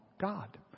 God